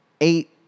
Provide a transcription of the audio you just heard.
eight